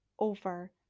over